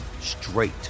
straight